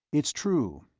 it's true.